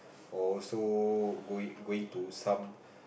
also going going to some